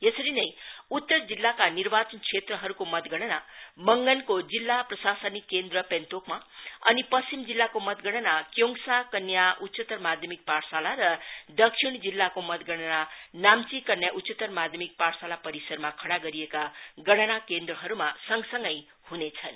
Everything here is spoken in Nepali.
यसरी नै उत्तर जिल्लाका निर्वाचन क्षेत्रहरूको मतगणना मंगनको जिल्ला प्रशासनिक केन्द्र पेन्तोकमा अनि पश्चिम मातगणना क्योङसा कन्या उच्चतर माध्यमिक पाठसाला र दक्षिण जिल्लाको मतगणना नाम्ची कन्या उच्चतर माध्यमिक पाठसाला परिसरमा खड़ा गरिएका गणना केन्द्रहरूमा सँगसँगै हुनेछन्